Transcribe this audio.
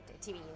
TV